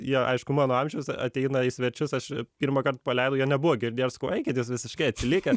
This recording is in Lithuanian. jie aišku mano amžiaus ateina į svečius aš pirmąkart paleidau jie nebuvo girdėję aš sakau eikit jūs visiškai atsilikę